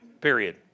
Period